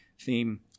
theme